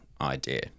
idea